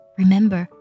remember